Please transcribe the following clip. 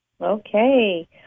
Okay